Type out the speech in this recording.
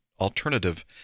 alternative